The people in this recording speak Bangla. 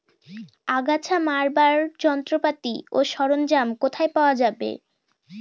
আগাছা মারার যন্ত্রপাতি ও সরঞ্জাম কোথায় পাওয়া যাবে?